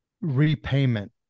repayment